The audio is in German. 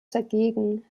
dagegen